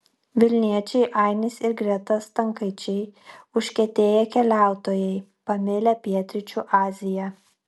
vilniečiai ainis ir greta stankaičiai užkietėję keliautojai pamilę pietryčių aziją